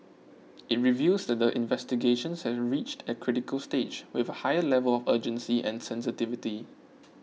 it reveals that the investigations have reached a critical stage with a higher level of urgency and sensitivity